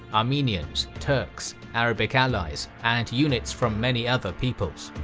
armenians, turks, arabic allies and units from many other peoples.